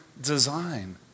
design